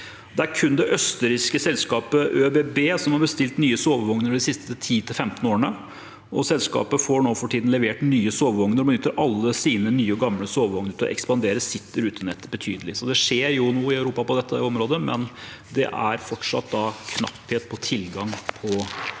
Det er kun det østerrikske selskapet ÖBB som har bestilt nye sovevogner de siste 10–15 årene. Selskapet får for tiden levert nye sovevogner og benytter alle sine nye og gamle sovevogner til å ekspandere sitt rutenett betydelig. Så det skjer jo noe i Europa på dette området, men det er fortsatt knapphet på tilgjengelig